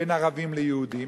בין ערבים ליהודים,